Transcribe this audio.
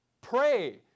Pray